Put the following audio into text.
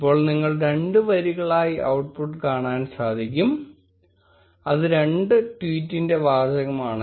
ഇപ്പോൾ നിങ്ങൾ രണ്ട് വരികളായി ഔട്ട്പുട്ട് കാണാൻ സാധിക്കും അത് രണ്ട് ട്വീറ്റിന്റെ വാചകമാണ്